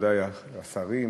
מכובדי השרים,